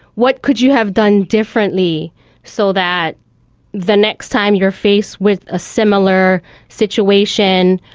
what could you have done differently so that the next time you are faced with a similar situation,